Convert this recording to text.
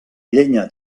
llenya